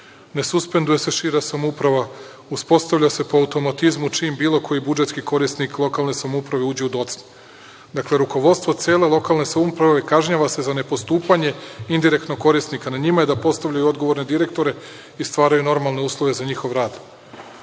ne suspenduje se šira samouprava, uspostavlja se po automatizmu čim bilo koji budžetski korisnik lokalne samouprave uđe u docne. Dakle, rukovodstvo cele lokalne samouprave kažnjava se za ne postupanje indirektnog korisnika. Na njima je da postavljaju odgovorne direktore i stvaraju normalne uslove za njihov rad.